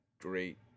great